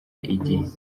igihe